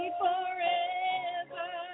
forever